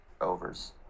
overs